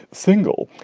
single,